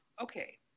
okay